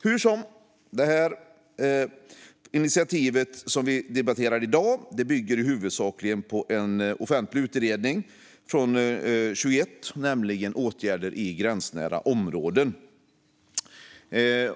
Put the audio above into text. Hur som helst bygger det initiativ vi debatterar i dag huvudsakligen på en offentlig utredning från 2021, Åtgärder i gränsnära områden .